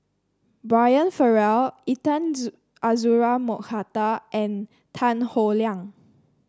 Brian Farrell Intan Azura Mokhtar and Tan Howe Liang